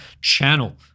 channel